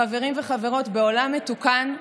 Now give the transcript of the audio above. חברים וחברות, בעולם מתוקן,